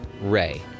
Ray